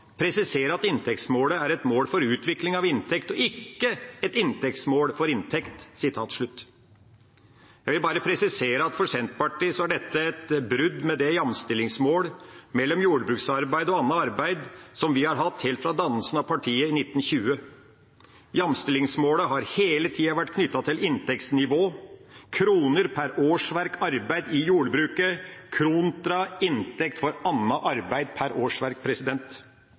presisere at for Senterpartiet er dette et brudd med det jamstillingsmålet mellom jordbruksarbeid og annet arbeid som vi har hatt helt fra dannelsen av partiet i 1920. Jamstillingsmålet har hele tida vært knyttet til inntektsnivå, kroner per årsverk arbeid i jordbruket kontra inntekt for annet arbeid per årsverk.